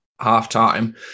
half-time